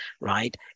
right